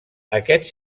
aquests